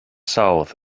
south